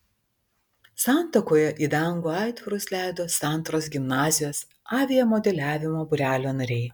santakoje į dangų aitvarus leido santaros gimnazijos aviamodeliavimo būrelio nariai